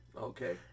Okay